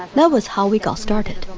that was how we got started.